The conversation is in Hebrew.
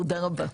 תודה רבה.